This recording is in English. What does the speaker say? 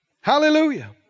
Hallelujah